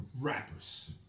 rappers